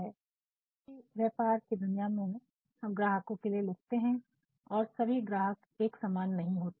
क्योंकि व्यापार की दुनिया में हम ग्राहकों के लिए लिखते हैं और सभी ग्राहक एक समान नहीं होते